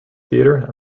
theatre